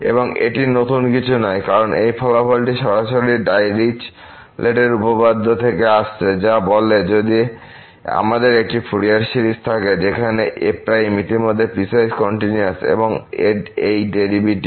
এবং এটি নতুন কিছু নয় কারণ এই ফলাফলটি সরাসরি ডাইরিচলেটের উপপাদ্য Dirichlet's theorem থেকে আসছে যা বলে যে যদি আমাদের একটি ফুরিয়ার সিরিজ থাকে যেখানে f ইতিমধ্যেই পিসওয়াইস কন্টিনিউয়াস এবং এই ডেরিভেটিভ